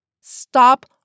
Stop